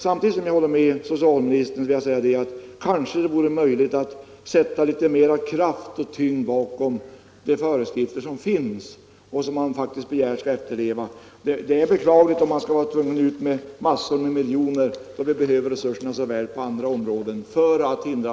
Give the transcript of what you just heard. Samtidigt som jag håller med socialministern vill jag framhålla att man borde sätta mer kraft och tyngd bakom de föreskrifter som finns och som faktiskt skall efterlevas. Det är beklagligt om vi, när resurserna så väl behövs på andra områden, är tvungna att betala många miljoner på Nr 36 grund av att människor på detta sätt är obetänksamma.